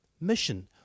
mission